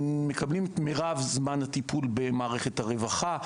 הם מקבלים את מרב זמן הטיפול במערכת הרווחה,